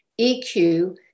EQ